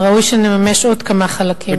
וראוי שנממש עוד כמה חלקים מהתורה.